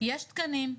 יש תקנים,